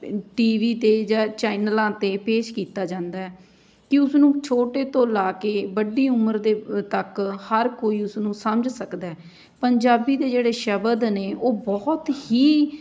T V 'ਤੇ ਜਾਂ ਚੈਨਲਾਂ 'ਤੇ ਪੇਸ਼ ਕੀਤਾ ਜਾਂਦਾ ਹੈ ਕਿ ਉਸਨੂੰ ਛੋਟੇ ਤੋਂ ਲਾ ਕੇ ਵੱਡੀ ਉਮਰ ਦੇ ਤੱਕ ਹਰ ਕੋਈ ਉਸਨੂੰ ਸਮਝ ਸਕਦਾ ਪੰਜਾਬੀ ਦੇ ਜਿਹੜੇ ਸ਼ਬਦ ਨੇ ਉਹ ਬਹੁਤ ਹੀ